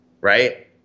right